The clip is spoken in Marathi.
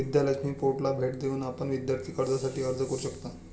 विद्या लक्ष्मी पोर्टलला भेट देऊन आपण विद्यार्थी कर्जासाठी अर्ज करू शकता